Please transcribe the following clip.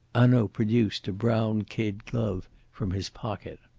hanaud produced a brown kid glove from his pocket.